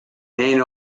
main